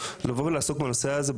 לבוא ולעסוק בנושא הזה,